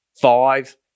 five